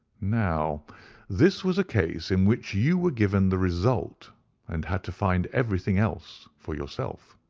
now this was a case in which you were given the result and had to find everything else for yourself.